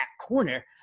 corner